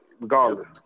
regardless